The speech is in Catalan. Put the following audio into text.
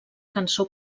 cançó